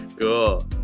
Cool